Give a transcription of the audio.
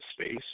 space